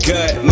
Good